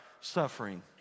suffering